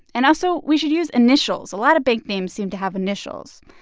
and also, we should use initials. a lot of bank names seem to have initials.